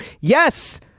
Yes